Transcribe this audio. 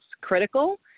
critical